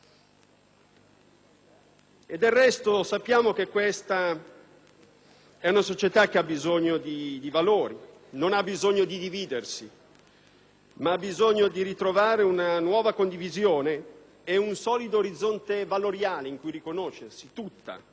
Del resto, sappiamo che questa è una società che ha bisogno di valori e non di dividersi, ha bisogno di ritrovare una nuova condivisione e un solido orizzonte valoriale in cui riconoscersi tutta.